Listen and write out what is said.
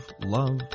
love